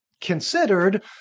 considered